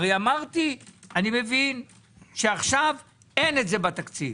אמרתי, אני מבין שעכשיו אין את זה בתקציב.